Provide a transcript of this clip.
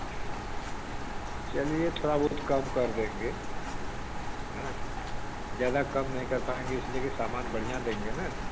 चलिए थोड़ा बहुत कम कर देंगे हाँ ज़्यादा कम नहीं कर पाएँगे इसलिए कि समान बढ़िया देंगे ना